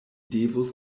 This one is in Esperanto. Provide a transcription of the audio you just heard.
devus